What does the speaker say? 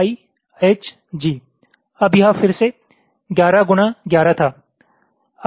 I H G अब यह फिर से 11 गुणा 11 था